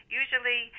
usually